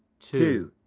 two,